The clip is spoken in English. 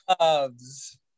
loves